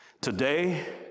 today